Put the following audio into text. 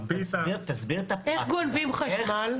תסביר את ה- -- איך גונבים חשמל?